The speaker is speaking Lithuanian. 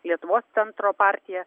lietuvos centro partija